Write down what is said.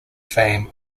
fame